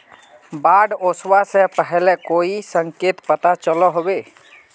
बाढ़ ओसबा से पहले कोई संकेत पता चलो होबे?